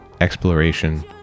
exploration